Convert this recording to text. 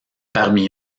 parmi